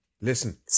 listen